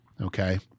okay